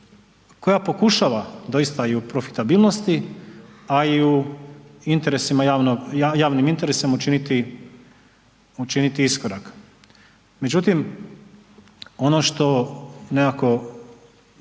koja pokušava doista i u profitabilnosti, a i u interesima javnog, javnim interesima učiniti iskorak. Međutim, ono što nekako